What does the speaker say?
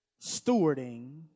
Stewarding